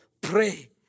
pray